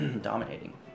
dominating